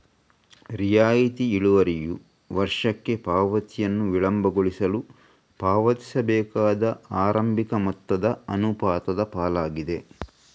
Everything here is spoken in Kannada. ರಿಯಾಯಿತಿ ಇಳುವರಿಯು ವರ್ಷಕ್ಕೆ ಪಾವತಿಯನ್ನು ವಿಳಂಬಗೊಳಿಸಲು ಪಾವತಿಸಬೇಕಾದ ಆರಂಭಿಕ ಮೊತ್ತದ ಅನುಪಾತದ ಪಾಲಾಗಿದೆ